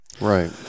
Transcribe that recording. Right